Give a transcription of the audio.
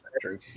true